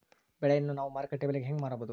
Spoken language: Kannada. ಬೆಳೆಯನ್ನ ನಾವು ಮಾರುಕಟ್ಟೆ ಬೆಲೆಗೆ ಹೆಂಗೆ ಮಾರಬಹುದು?